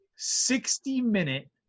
60-minute